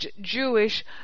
Jewish